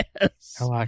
Yes